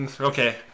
okay